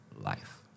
life